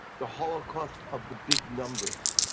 the holocaust of the big numbers,